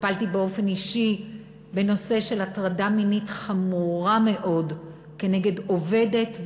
טיפלתי באופן אישי בנושא של הטרדה מינית חמורה מאוד נגד עובדת,